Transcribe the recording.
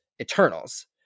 Eternals